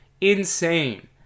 Insane